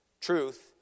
truth